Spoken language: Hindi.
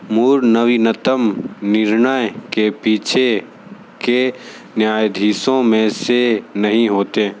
मूड़ नवी नतम निर्णय के पीछे के न्यायधीशों में से नहीं होते